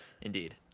indeed